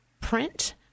print